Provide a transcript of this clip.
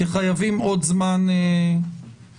כי חייבים עוד זמן היערכות.